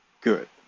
Good